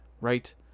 right